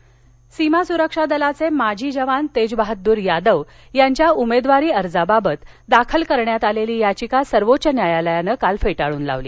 तेज बहादर सीमा सुरक्षा दलाये माजी जवान तेज बहादुर यादव यांच्या उमेदवारी अर्जाबाबत दाखल केलेली याचिका सर्वोच्च न्यायालयान काल फेटाळून लावली